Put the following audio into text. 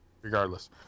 Regardless